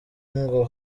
ngo